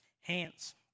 hands